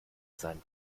seinen